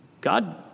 God